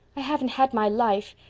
i haven't had my life.